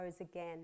again